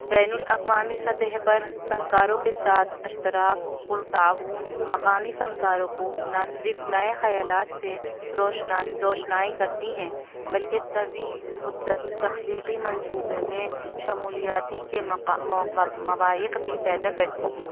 بین الاقوامی سطح پر فنکاروں کے ساتھ اشتراک اور تعاون مقامی فنکاروں کو نہ صرف نئے خیالات سے روشناس روشنائی کرتی ہیں بلکہ طویل مدت تخلیقی منصوبے میں شمولیاتی کے موائق بھی پیدا کرتی ہیں